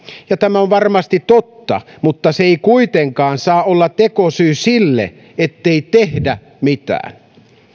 ja tämä on varmasti totta mutta se ei kuitenkaan saa olla tekosyy sille ettei tehdä mitään